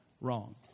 wrong